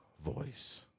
voice